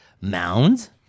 Mounds